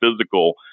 physical